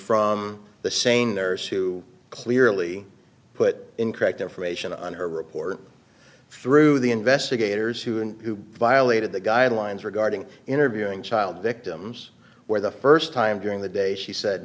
from the saying there is to clearly put incorrect information on her report through the investigators who and who violated the guidelines regarding interviewing child victims where the first time during the day she said